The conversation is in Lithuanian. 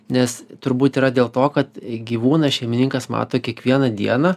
nes turbūt yra dėl to kad gyvūną šeimininkas mato kiekvieną dieną